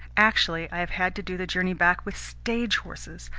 actually, i have had to do the journey back with stage horses!